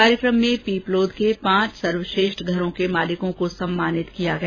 कार्यक्रम में पीपलोद के पांच सर्वश्रेष्ठ घरों के मालिकों को सम्मानित किया गया